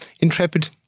Intrepid